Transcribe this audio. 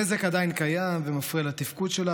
הנזק עדיין קיים ומפריע לתפקוד שלה,